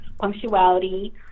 punctuality